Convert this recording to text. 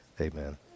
Amen